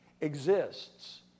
exists